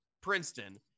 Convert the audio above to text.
Princeton